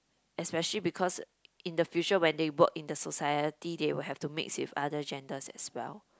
especially because in the future when they brought in the society they will have to mix with other genders as well